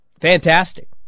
Fantastic